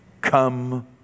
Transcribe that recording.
come